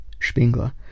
Spengler